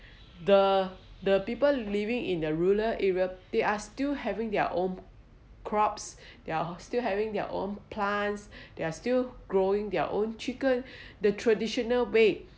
the the people living in a rural areas they are still having their own crops they are still having their own plants they are still growing their own chicken the traditional way